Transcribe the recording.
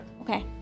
Okay